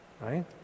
right